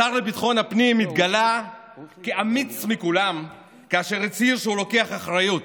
השר לביטחון הפנים התגלה כאמיץ מכולם כאשר הצהיר שהוא לוקח אחריות,